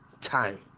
time